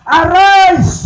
arise